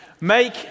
Make